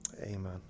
Amen